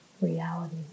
reality